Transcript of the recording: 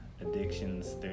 addictions